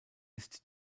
ist